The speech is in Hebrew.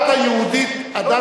הדת היהודית לא